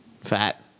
fat